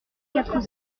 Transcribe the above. quatre